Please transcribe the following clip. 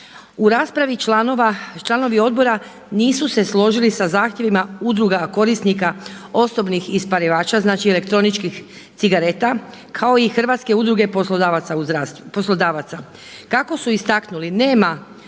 U raspravi članovi odbora nisu se složili sa zahtjevima udruga korisnika osobnih ispalivača, znači elektroničkih cigareta kao i Hrvatske udruge poslodavaca. Kako su istaknuli nema pouzdanih